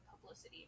publicity